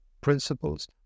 principles